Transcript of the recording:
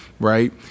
Right